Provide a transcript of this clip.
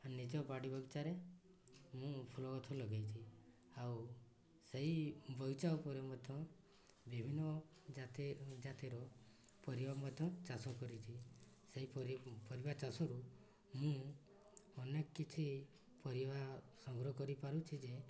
ନିଜ ବାଡ଼ି ବଗିଚାରେ ମୁଁ ଫୁଲ ଗଛ ଲଗେଇଛି ଆଉ ସେଇ ବଗିଚା ଉପରେ ମଧ୍ୟ ବିଭିନ୍ନ ଜାତି ଜାତିର ପରିବା ମଧ୍ୟ ଚାଷ କରିଛି ସେଇ ପରିବା ଚାଷରୁ ମୁଁ ଅନେକ କିଛି ପରିବା ସଂଗ୍ରହ କରିପାରୁଛି ଯେ